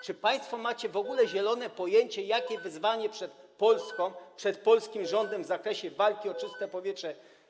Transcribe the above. Czy państwo macie w ogóle zielone pojęcie, jakie wyzwanie stoi przed Polską, przed polskim rządem w zakresie walki o czyste powietrze?